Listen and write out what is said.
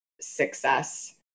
success